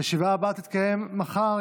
הישיבה הבאה תתקיים מחר,